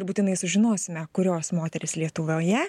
ir būtinai sužinosime kurios moterys lietuvoje